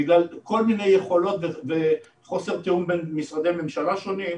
בגלל כל מיני יכולות וחוסר תיאום בין משרדי הממשלה השונים.